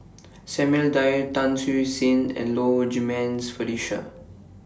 Samuel Dyer Tan Siew Sin and Low Jimenez Felicia